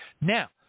Now